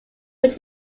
would